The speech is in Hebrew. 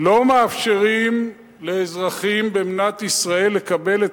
לא מאפשרים לאזרחים במדינת ישראל לקבל את